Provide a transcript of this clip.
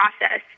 process